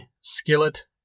Skillet